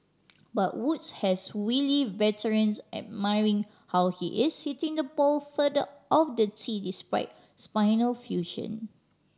but Woods has wily veterans admiring how he is hitting the ball further off the tee despite spinal fusion